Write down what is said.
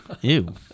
Ew